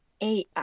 AI